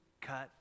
cut